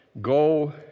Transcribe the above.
go